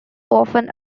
often